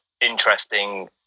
interesting